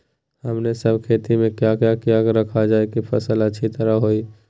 हमने सब खेती में क्या क्या किया रखा जाए की फसल अच्छी तरह होई?